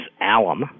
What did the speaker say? alum